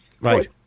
Right